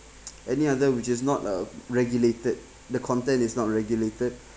any other which is not a regulated the content is not regulated